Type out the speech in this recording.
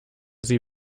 sie